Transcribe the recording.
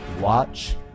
watch